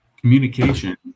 communication